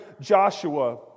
Joshua